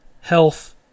health